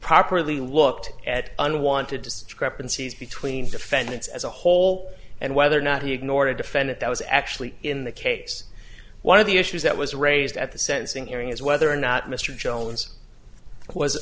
properly looked at unwanted discrepancies between defendants as a whole and whether or not he ignored a defendant that was actually in the case one of the issues that was raised at the sentencing hearing is whether or not mr jones was